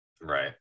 right